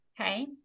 Okay